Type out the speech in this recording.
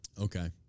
Okay